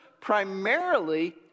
primarily